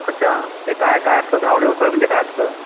अच्छा ते काय काय असतं घावणे उसळ म्हणजे काय असतं